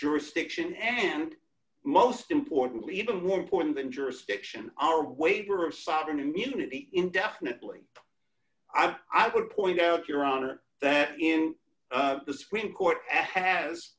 jurisdiction and most importantly even more important than jurisdiction are waiver of sovereign immunity indefinitely i would point out your honor that in the supreme court has